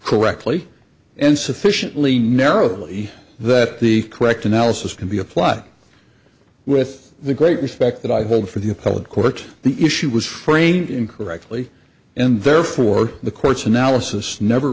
correctly and sufficiently narrowly that the correct analysis can be applied with the great respect that i hold for the appellate court the issue was framed incorrectly and therefore the court's analysis never